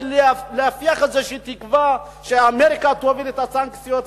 להפיח איזו תקווה שאמריקה תוביל את הסנקציות,